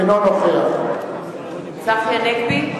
אינו נוכח צחי הנגבי,